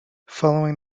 following